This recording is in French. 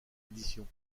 édition